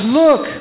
look